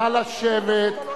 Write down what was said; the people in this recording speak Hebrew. נא לשבת.